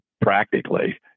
practically